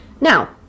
Now